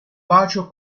bacio